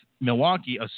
Milwaukee